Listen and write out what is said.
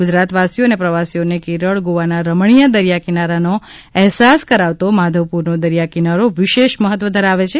ગુજરાતવાસીઓ અને પ્રવાસીઓને કેરળ ગોવાનાં રમણીય દરિયા કિનારાનો અહેસાસ કરાવતો માધવપુરનો દરિયા કિનારો વિશેષ મહત્વ ધરાવે છે